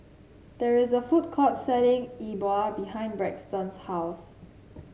there is a food court selling Yi Bua behind Braxton's house